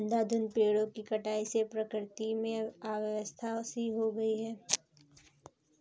अंधाधुंध पेड़ों की कटाई से प्रकृति में अव्यवस्था सी हो गई है